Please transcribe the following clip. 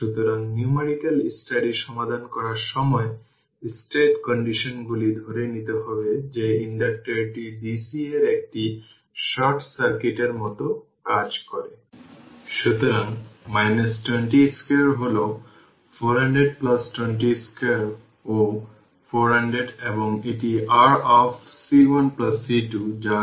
সুতরাং সমস্ত v1 v2 expression আছে শুধু দেখুন যে t কতটা ইনফিনিটি এর দিকে ঝোঁক তাই 2 ক্যাপাসিটারে স্টোরড এনার্জি হল wc r 5 20 10 এর পাওয়ার 6 400 400 মানে এই 20 2